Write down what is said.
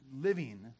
living